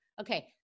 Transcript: Okay